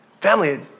Family